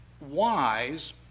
wise